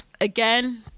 again